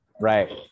Right